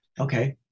Okay